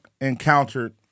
Encountered